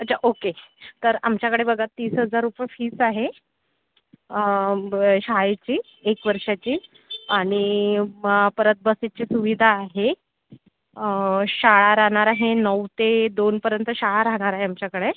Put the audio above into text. अच्छा ओके तर आमच्याकडे बघा तीस हजार रुपये फीस आहे शाळेची एक वर्षाची आणि परत बसेसची सुविधा आहे शाळा राहणार आहे नऊ ते दोनपर्यंत शाळा राहणार आहे आमच्याकडे